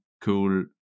cool